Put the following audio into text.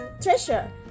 treasure